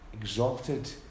exalted